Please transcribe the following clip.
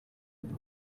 njye